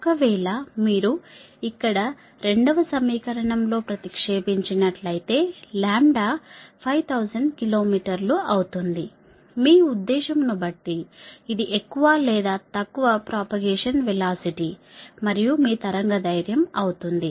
ఒకవేళ మీరు ఇక్కడ రెండవ సమీకరణం లో ప్రతిక్షేపించినట్లైతే లాంబ్డా 5000 కిలో మీటర్లు అవుతుంది మీ ఉద్దేశము ను బట్టి ఇది ఎక్కువ లేదా తక్కువ ప్రాపగేషన్ వెలాసిటీ మరియు మీ తరంగ ధైర్ఘ్యము అవుతుంది